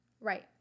right